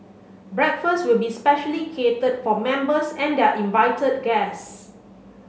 breakfast will be specially catered for members and their invited guest